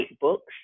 books